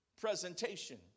presentation